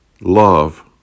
Love